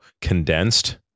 condensed